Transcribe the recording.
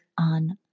on